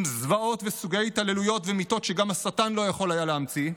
עם זוועות וסוגי התעללויות ומיתות שגם השטן לא יכול היה להמציא,